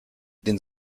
den